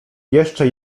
jeszcze